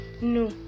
No